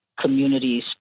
communities